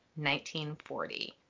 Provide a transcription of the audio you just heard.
1940